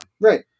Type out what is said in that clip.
Right